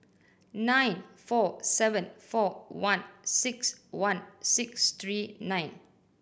nine four seven four one six one six three nine